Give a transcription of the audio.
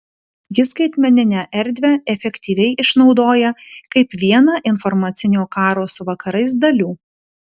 ji skaitmeninę erdvę efektyviai išnaudoja kaip vieną informacinio karo su vakarais dalių